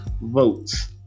votes